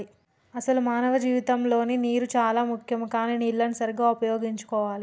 అసలు మానవ జీవితంలో నీరు చానా ముఖ్యం కానీ నీళ్లన్ను సరీగ్గా ఉపయోగించుకోవాలి